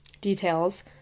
details